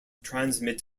transmit